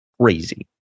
Crazy